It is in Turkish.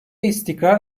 istikrar